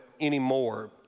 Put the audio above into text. anymore